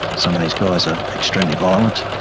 some of these guys are extremely violent,